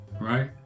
right